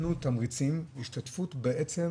ניתנו תמריצים להשתתפות בעצם